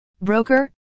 Broker